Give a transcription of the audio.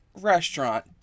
restaurant